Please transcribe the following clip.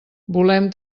volem